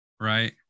right